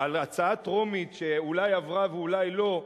על הצעה טרומית שאולי עברה ואולי לא,